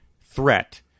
threat